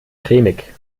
cremig